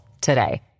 today